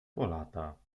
polata